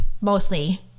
mostly